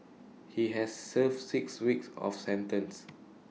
he has served six weeks of sentence